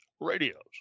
radios